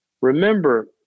remember